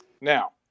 Now